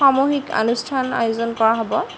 সামূহিক অনুষ্ঠান আয়োজন কৰা হ'ব